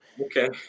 Okay